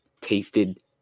tasted